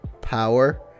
power